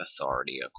authority